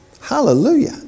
Hallelujah